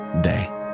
Day